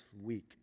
week